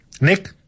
Nick